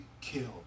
killed